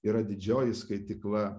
yra didžioji skaitykla